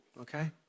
okay